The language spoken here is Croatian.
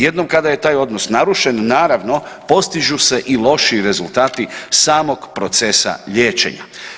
Jednom kada je taj odnos narušen, naravno, postižu se i lošiji rezultati samog procesa liječenja.